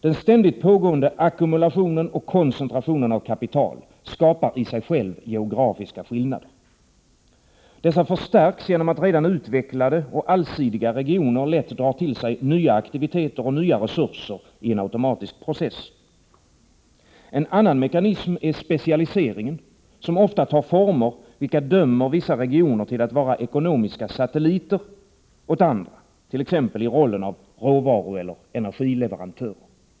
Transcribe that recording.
Den ständigt pågående ackumulationen och koncentrationen av kapital skapar i sig själv geografiska skillnader. Dessa förstärks genom att redan utvecklade och allsidiga regioner lätt drar till sig nya aktiviteter och nya resurser i en automatisk process. En annan mekanism är specialiseringen, som ofta tar former vilka dömer vissa regioner till att vara ekonomiska satelliter åt andra, t.ex. i rollen av råvarueller energileverantör.